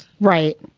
right